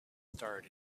start